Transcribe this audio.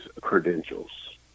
credentials